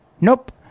Nope